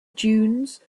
dunes